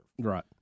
Right